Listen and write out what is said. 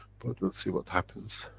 but we'll see what happens.